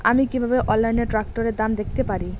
আমি কিভাবে অনলাইনে ট্রাক্টরের দাম দেখতে পারি?